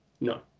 No